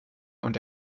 und